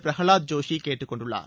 பிரஹவாத் ஜோஷி கேட்டுக் கொண்டுள்ளார்